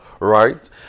Right